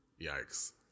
Yikes